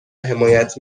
حمایت